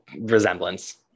resemblance